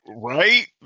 Right